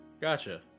Gotcha